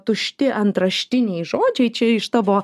tušti antraštiniai žodžiai čia iš tavo